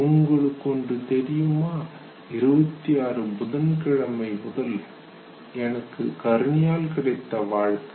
உங்களுக்கு ஒன்று தெரியுமா 26 புதன்கிழமை முதல் கருணையால் கிடைத்த வாழ்க்கை